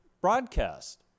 broadcast